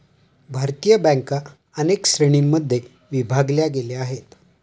भारतीय बँका अनेक श्रेणींमध्ये विभागल्या गेलेल्या आहेत